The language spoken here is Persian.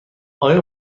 آیا